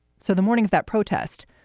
so the morning of that protest,